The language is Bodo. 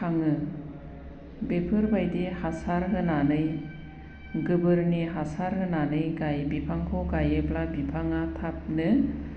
थाङो बेफोरबायदि हासार होनानै गोबोरनि हासार होनानै गायो बिफांखौ गायोब्ला बिफाङा थाबनो